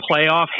playoff